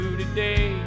today